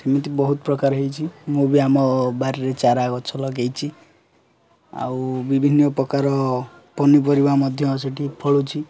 ସେମିତି ବହୁତ ପ୍ରକାର ହେଇଛି ମୁଁ ବି ଆମ ବାରିରେ ଚାରା ଗଛ ଲଗାଇଛି ଆଉ ବିଭିନ୍ନ ପ୍ରକାର ପନିପରିବା ମଧ୍ୟ ସେଇଠି ଫଳୁଛି